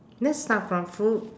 let's start from food